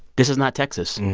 this is not texas.